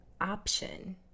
option